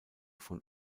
von